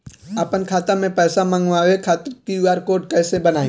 आपन खाता मे पैसा मँगबावे खातिर क्यू.आर कोड कैसे बनाएम?